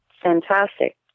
fantastic